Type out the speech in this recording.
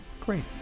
great